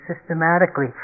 systematically